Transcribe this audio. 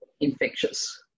infectious